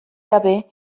gabe